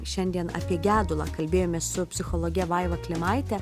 šiandien apie gedulą kalbėjomės su psichologe vaiva klimaite